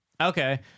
Okay